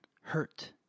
hurt